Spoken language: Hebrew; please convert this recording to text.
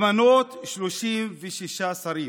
למנות 36 שרים